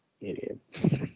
idiot